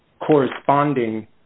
corresponding